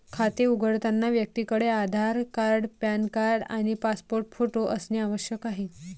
खाते उघडताना व्यक्तीकडे आधार कार्ड, पॅन कार्ड आणि पासपोर्ट फोटो असणे आवश्यक आहे